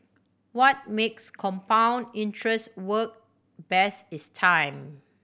what makes compound interest work best is time